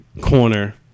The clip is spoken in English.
corner